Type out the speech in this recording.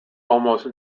almost